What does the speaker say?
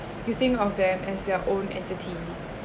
you think of them as their own entity